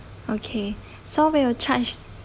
okay so we'll charge